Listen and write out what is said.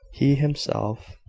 he himself,